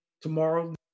tomorrow